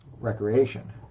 recreation